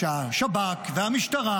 שהשב"כ, המשטרה